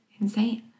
Insane